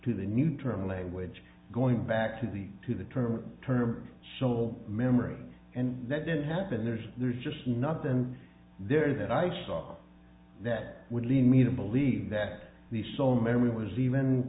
to the new term language going back to the to the term term soul memory and that didn't happen there's there's just not than there that i saw that would lead me to believe that the sole memory was even